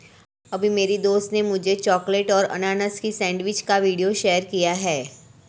अभी मेरी दोस्त ने मुझे चॉकलेट और अनानास की सेंडविच का वीडियो शेयर किया है